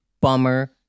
Bummer